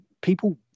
people